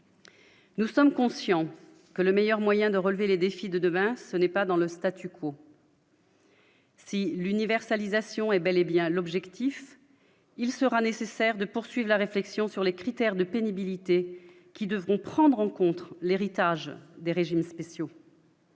Nous sommes conscients que le meilleur moyen de relever les défis de demain, ce n'est pas dans le statu quo. Si l'universalisation est bel et bien l'objectif, il sera nécessaire de poursuivre la réflexion sur les critères de pénibilité qui devront prendre en contre l'héritage des régimes spéciaux.